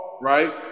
right